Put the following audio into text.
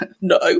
No